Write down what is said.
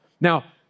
Now